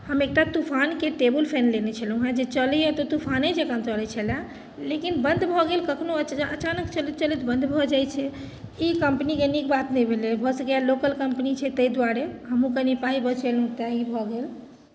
हम एकटा तूफानके टेबुल फैन लेने छलहुँए जे चलैए तऽ तूफाने जकाँ चलै छलैए लेकिन बन्द भऽ गेल कखनो अचानक चलैत चलैत बन्द भऽ जाइ छै ई कम्पनीके नीक बात नहि भेलै भऽ सकैए लोकल कम्पनी छै ताहि दुआरे हमहूँ कनी पाइ बचेलहुँ तेँ ई भऽ गेल